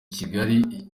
kigali